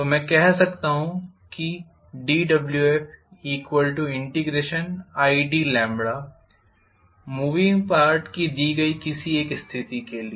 तो मैं कह सकता हूं कि dWfid मूविंग पार्ट की दी गई किसी एक स्थिति के लिए